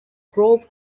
grove